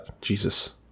Jesus